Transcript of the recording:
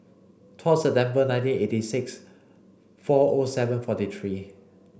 twelve September nineteen eighty six four O seven forty three